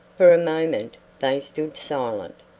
for a moment they stood silent,